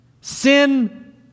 Sin